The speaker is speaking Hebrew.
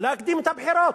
להקדים את הבחירות?